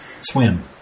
Swim